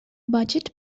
budget